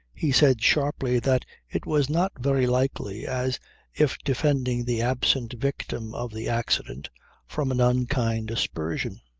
he said sharply that it was not very likely, as if defending the absent victim of the accident from an unkind aspersion.